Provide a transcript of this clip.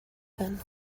then